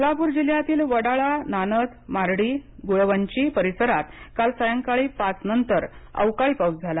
सोलापूर जिल्ह्यातील वडाळानान्नज मार्डी गुळवंची परिसरात काल सायकाळी पाच नंतर अवकाळी पाऊस झाला